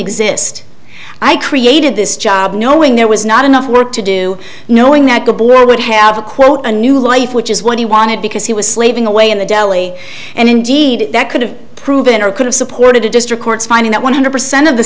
exist i created this job knowing there was not enough work to do knowing that the boy would have a quote a new life which is what he wanted because he was slaving away in the deli and indeed that could have proven or could have supported the district court's finding that one hundred percent of the